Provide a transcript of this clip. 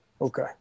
Okay